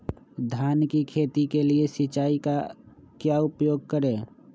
धान की खेती के लिए सिंचाई का क्या उपयोग करें?